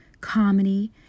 comedy